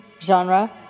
genre